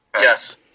Yes